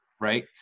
right